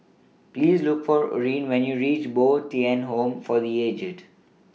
Please Look For Orene when YOU REACH Bo Tien Home For The Aged